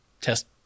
test